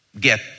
get